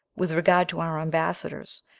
with regard to our ambassadors,